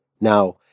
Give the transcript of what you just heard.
Now